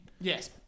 Yes